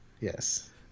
Yes